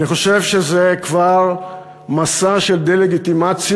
אני חושב שזה כבר מסע של דה-לגיטימציה